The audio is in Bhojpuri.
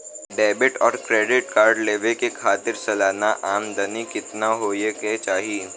डेबिट और क्रेडिट कार्ड लेवे के खातिर सलाना आमदनी कितना हो ये के चाही?